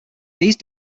these